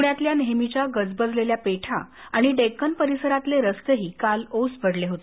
पुण्यातल्या नेहेमीच्या गजबजलेल्या पेठा आणि डेक्कन परिसरातले रस्तेही काल ओस पडले होते